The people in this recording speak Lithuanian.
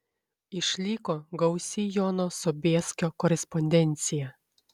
išliko gausi jono sobieskio korespondencija